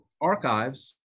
archives